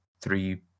three